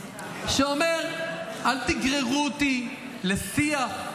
ואומר: אל תגררו אותי לשיח.